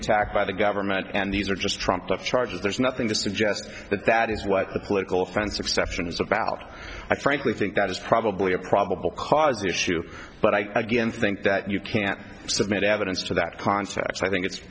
attacked by the government and these are just trumped up charges there's nothing to suggest that that is what the political fence exception is about i frankly think that is probably a probable cause issue but i again think that you can't submit evidence to that concept so i think it's